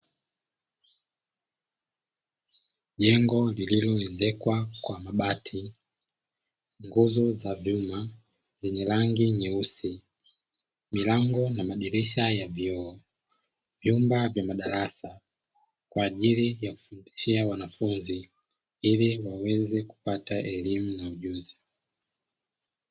Jengo lililoezekwa kwa mabati nguzo za vyuma zenye rangi nyeusi, milango na madirisha ya vioo, vyumba vya madarasa kwa ajili ya kufundishia wanafunzi ili waweze kupata elimu na ujuzi.